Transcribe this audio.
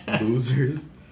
Losers